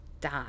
die